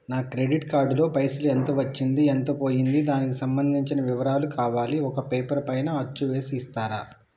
నా credit card లో పైసలు ఎంత వచ్చింది ఎంత పోయింది దానికి సంబంధించిన వివరాలు కావాలి ఒక పేపర్ పైన అచ్చు చేసి ఇస్తరా?